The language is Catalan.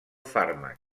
fàrmac